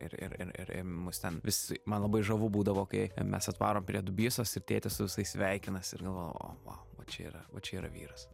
ir ir ir ir ir mus ten vis man labai žavu būdavo kai mes atvarom prie dubysos ir tėtis su visais sveikinasi galvojau o vau va čia yra va čia yra vyras